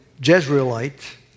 Jezreelite